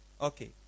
Okay